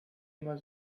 immer